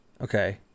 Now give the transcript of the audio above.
Okay